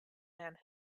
man